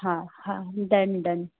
हा हा done done